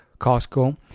Costco